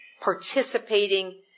participating